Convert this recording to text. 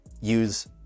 use